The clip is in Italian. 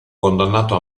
condannato